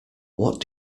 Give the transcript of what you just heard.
what